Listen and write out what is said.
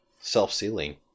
self-sealing